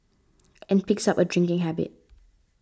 and picks up a drinking habit